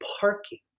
parking